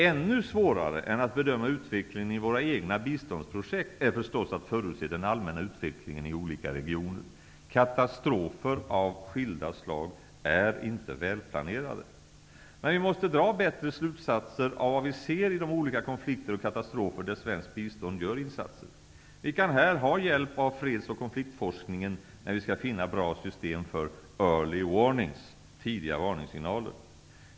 Ännu svårare än att bedöma utvecklingen i våra egna biståndsprojekt är förstås att förutse den allmänna utvecklingen i olika regioner. Katastrofer av skilda slag är inte välplanerade. Vi måste dra säkrare slutsatser av vad vi ser i de olika konflikter och katastrofer där man med svenskt bistånd gör insatser. Vi kan här ha hjälp av freds och konfliktforskningen när vi skall finna bra system för ''early warnings'' -- tidiga varningssignaler.